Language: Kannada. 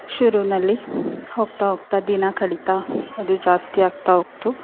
ಶುರುವಿನಲ್ಲಿ ಹೋಗ್ತಾ ಹೋಗ್ತಾ ದಿನ ಕಳಿತಾ ಅದು ಜಾಸ್ತಿಯಾಗ್ತಾ ಹೋಗ್ತು